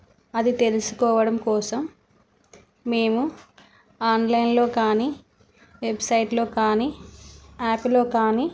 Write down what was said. అది తెలుసుకోవడం కోసం మేము ఆన్లైన్లో కానీ వెబ్సైట్లో కానీ యాప్లో కానీ